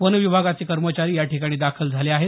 one विभागाचे कर्मचारी या ठिकाणी दाखल झाले आहेत